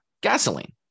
Gasoline